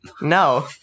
No